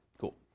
Cool